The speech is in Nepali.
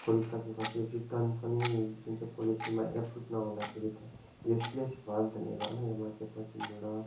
खोलिसके पछि रिटर्न पनि जुन चाहिँ पोलिसीमा एप्रुभ नहुँदाखेरि त युजलेस भयो नि त मेरो यो मार्केटमा किन्नु र